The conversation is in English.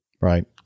right